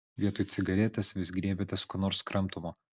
vietoj cigaretės vis griebiatės ko nors kramtomo